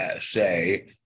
say